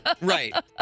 right